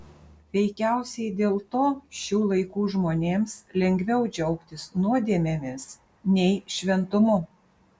veikiausiai dėl to šių laikų žmonėms lengviau džiaugtis nuodėmėmis nei šventumu